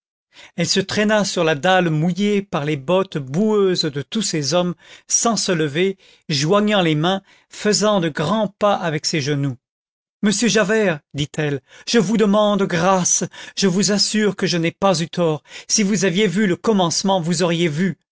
elle se traîna sur la dalle mouillée par les bottes boueuses de tous ces hommes sans se lever joignant les mains faisant de grands pas avec ses genoux monsieur javert dit-elle je vous demande grâce je vous assure que je n'ai pas eu tort si vous aviez vu le commencement vous auriez vu